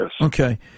okay